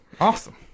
Awesome